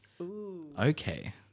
Okay